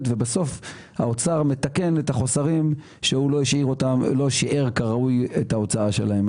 ובסוף האוצר מתקן את החוסרים שהוא לא שיער כראוי את ההוצאה שלהם.